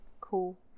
cool